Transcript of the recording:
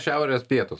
šiaurės pietūs